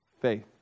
faith